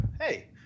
hey